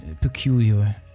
peculiar